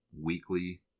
weekly